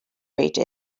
rate